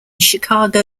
chicago